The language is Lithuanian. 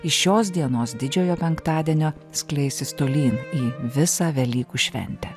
iš šios dienos didžiojo penktadienio skleisis tolyn į visą velykų šventę